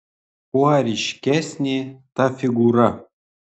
kuo ryškesnė ta figūra